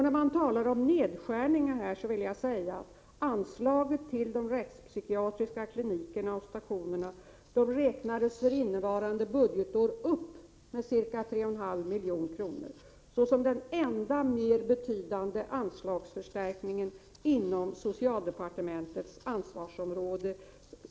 När man talar om nedskärningar vill jag säga att anslaget till de rättspsykiatriska klinikerna och stationerna för innevarande budgetår räknades upp med ca 3,5 miljoner, såsom den enda mer betydande anslagsförstärkningen inom socialdepartementets ansvarsområde.